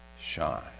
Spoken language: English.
shine